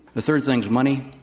the third thing is money.